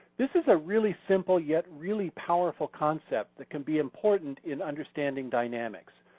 this is a really simple, yet really powerful concept that can be important in understanding dynamics.